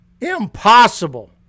Impossible